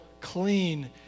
clean